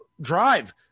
drive